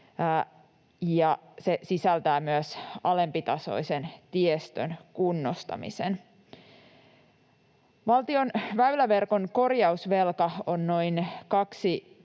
se sisältää myös alempitasoisen tiestön kunnostamisen. Valtion väyläverkon korjausvelka on noin 2,8